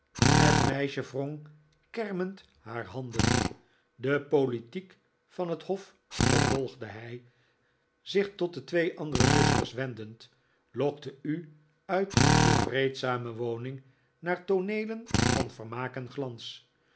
het meisje wrong kermend haar handen de politiek van het hof vervolgde hij zich tot de twee andere zusters wendend lokte u uit uw vreedzame woning haar tooneelen van vermaak en glans